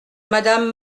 madame